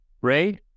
Ray